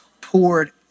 poured